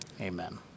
amen